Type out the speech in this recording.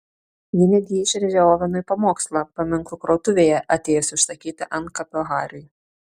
ji netgi išrėžė ovenui pamokslą paminklų krautuvėje atėjusi užsakyti antkapio hariui